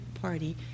party